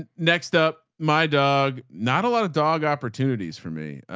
and next up my dog. not a lot of dog opportunities for me.